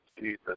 Jesus